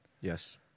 Yes